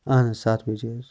اَہن حظ سَتھ بَجے حظ